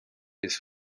his